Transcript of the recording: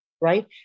right